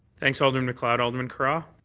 thanks, alderman macleod. alderman carra?